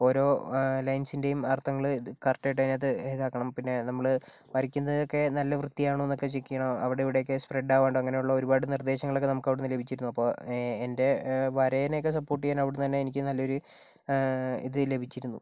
ഓരോ ലൈൻസിൻറ്റേയും അർഥങ്ങള് കറക്റ്റ് ആയിട്ട് അതിനകത്ത് ഇതാക്കണം പിന്നെ നമ്മള് വരയ്ക്കുന്നതൊക്കെ നല്ല വൃത്തി ആണോ എന്ന് ചെക്ക് ചെയ്യണം അവിടെ ഇവിടെയൊക്കെ സ്പ്രെഡ് ആകാണ്ട് അങ്ങനെയുള്ള ഒരുപാട് നിർദ്ദേശങ്ങളൊക്കെ നമുക്ക് അവിടുന്ന് ലഭിച്ചിരുന്നു അപ്പോൾ എൻ്റെ വരെനെ ഒക്കെ സപ്പോർട്ട് ചെയ്യാൻ അവിടുന്ന് തന്നെ എനിക്ക് നല്ലൊരു ഇത് ലഭിച്ചിരുന്നു